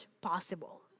possible